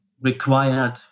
required